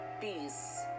peace